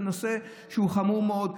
זה נושא שהוא חמור מאוד.